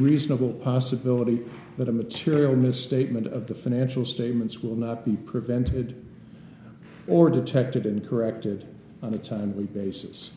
reasonable possibility that a material misstatement of the financial statements will not be prevented or detected and corrected on a timely basis